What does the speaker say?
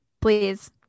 please